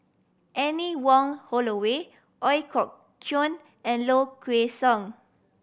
Anne Wong Holloway Ooi Kok Chuen and Low Kway Song